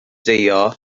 deio